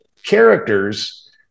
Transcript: characters